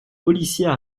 policiers